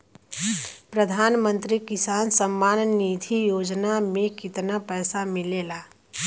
प्रधान मंत्री किसान सम्मान निधि योजना में कितना पैसा मिलेला?